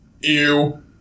Ew